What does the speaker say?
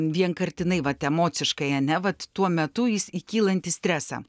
vienkartinai vat emociškai ane vat tuo metu jis į kylantį stresą